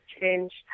changed